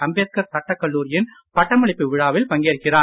அம்பேத்கார் சட்டக்கல்லூரியின் பட்டமளிப்பு விழாவில் பங்கேற்கிறார்